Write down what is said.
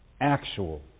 Actual